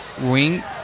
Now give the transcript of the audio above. wing